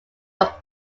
were